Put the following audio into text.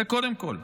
זה קודם כול,